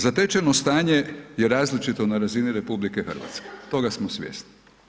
Zatečeno stanje je različito na razini RH, toga smo svjesni.